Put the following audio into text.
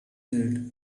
held